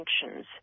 sanctions